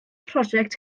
prosiect